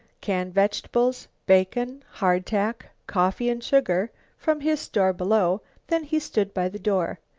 canned vegetables, bacon, hardtack, coffee and sugar from his store below. then he stood by the door.